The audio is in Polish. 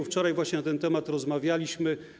Wczoraj właśnie na ten temat rozmawialiśmy.